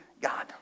God